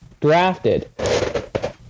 drafted